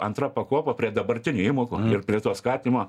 antra pakopa prie dabartinių įmokų ir prie to skatimo